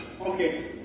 Okay